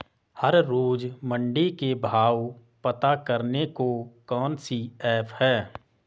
हर रोज़ मंडी के भाव पता करने को कौन सी ऐप है?